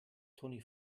toni